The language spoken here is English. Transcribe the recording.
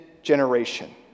Generation